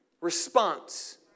response